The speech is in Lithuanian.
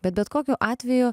bet bet kokiu atveju